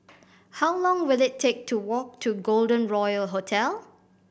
how long will it take to walk to Golden Royal Hotel